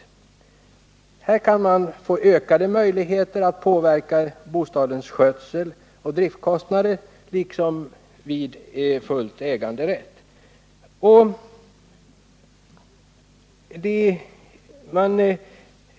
Med bostadsrätt kan man få ökade möjligheter att påverka bostadens skötsel och driftkostnader liksom vid full äganderätt.